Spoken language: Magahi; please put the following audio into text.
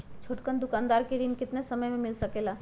छोटकन दुकानदार के ऋण कितने समय मे मिल सकेला?